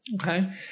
Okay